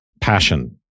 passion